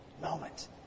moment